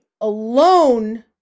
alone